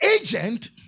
agent